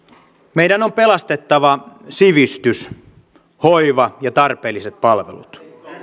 meidän on pelastettava sivistys hoiva ja tarpeelliset palvelut